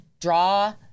draw